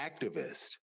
activist